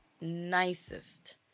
nicest